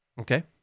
Okay